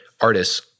artists